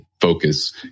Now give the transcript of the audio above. focus